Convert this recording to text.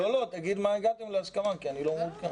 לא, תגיד לאיזו הסכמה הגעתם כי אני לא מעודכן.